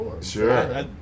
Sure